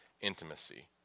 intimacy